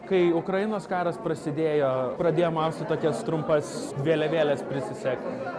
kai ukrainos karas prasidėjo pradėjom austi tokias trumpas vėliavėles prisisegti